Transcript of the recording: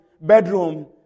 bedroom